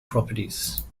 properties